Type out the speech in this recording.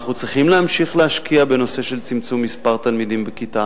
אנחנו צריכים להמשיך להשקיע בצמצום מספר תלמידים בכיתה,